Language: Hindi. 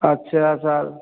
अच्छा सर